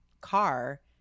car